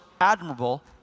admirable